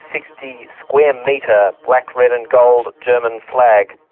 sixty square metre, black, red and gold german flag.